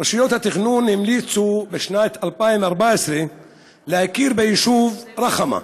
רשויות התכנון המליצו בשנת 2014 להכיר ביישוב רח'מה,